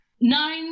nine